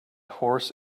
horse